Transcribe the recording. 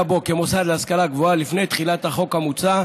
בו כמוסד להשכלה גבוהה לפני תחילת החוק המוצע,